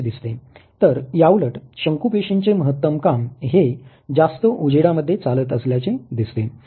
तर याउलट शंकू पेशींचे महत्तम काम हे जास्त उजेडामध्ये चालत असल्याचे दिसते